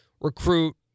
recruit